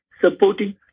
supporting